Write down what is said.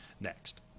next